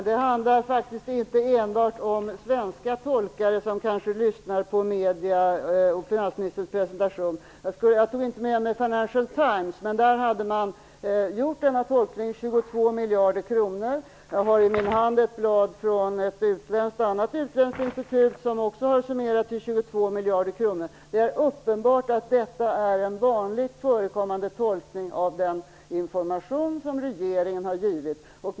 Fru talman! Det handlar inte enbart om svenska tolkare, som kanske lyssnar på medierna och finansministerns presentation. Jag tog inte med mig Financial Times, men där hade man gjort tolkningen att det gällde 22 miljarder. Jag har i min hand ett blad från ett annat utländskt institut, som också har summerat det till 22 miljarder. Det är uppenbart att detta är en vanligt förekommande tolkning av den information som regeringen har givit.